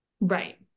right